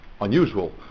unusual